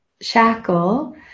shackle